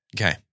Okay